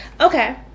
okay